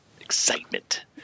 excitement